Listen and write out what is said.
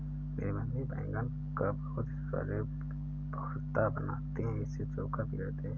मेरी मम्मी बैगन का बहुत ही स्वादिष्ट भुर्ता बनाती है इसे चोखा भी कहते हैं